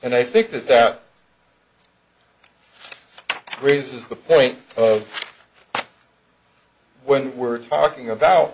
and i think that that raises the point when we're talking about